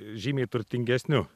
žymiai turtingesniu